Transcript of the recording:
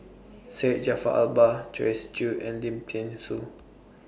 Syed Jaafar Albar Joyce Jue and Lim Thean Soo